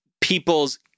people's